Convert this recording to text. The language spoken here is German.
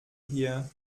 hier